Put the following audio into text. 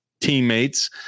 teammates